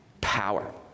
power